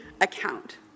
account